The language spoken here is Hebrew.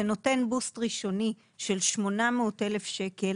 זה נותן בוסט רציני של 800,000 שקל